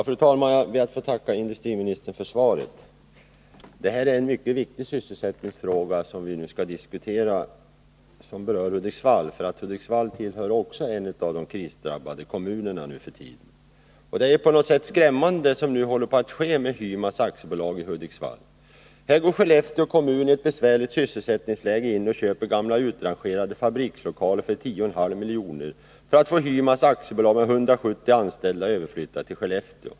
Fru talman! Jag ber att få tacka industriministern för svaret på min fråga. Det är en mycket viktig sysselsättningsfråga som vi nu skall diskutera, och den berör Hudiksvall. Också Hudiksvall räknas ju nu för tiden till de krisdrabbade kommunerna. På något sätt är det som nu håller på att ske med Hymas AB i Hudiksvall skrämmande. Här går Skellefteå kommun i ett besvärligt sysselsättningsläge in och köper gamla utrangerade fabrikslokaler för 10,5 milj.kr. för att få Hymas AB med 170 anställda överflyttat till Skellefteå.